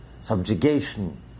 subjugation